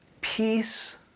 peace